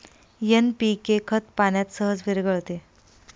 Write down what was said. NPK खत पाण्यात सहज विरघळते